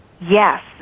Yes